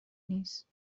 نیست